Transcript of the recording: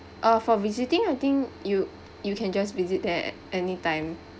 uh for visiting I think you you can just visit there at any time